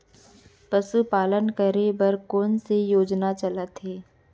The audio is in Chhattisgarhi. पशुपालन करे बर कोन से योजना चलत हे?